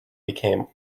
became